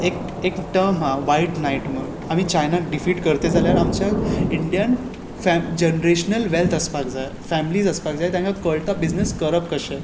एक एक टम आसा वायट नायट म्हूण आमी चायनाक डिफीट करता जाल्यार आमच्या इंडियन फॅम जनरेश्नल वॅल्त आसपाक जाय फॅम्लीज आसपाक जाय तांकां कळटा बिजनस करप कशें